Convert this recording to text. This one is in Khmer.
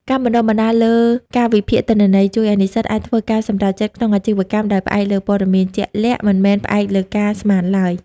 ការបណ្ដុះបណ្ដាលលើការវិភាគទិន្នន័យ ជួយឱ្យនិស្សិតអាចធ្វើការសម្រេចចិត្តក្នុងអាជីវកម្មដោយផ្អែកលើព័ត៌មានជាក់លាក់ មិនមែនផ្អែកលើការស្មានឡើយ។